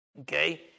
Okay